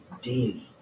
daily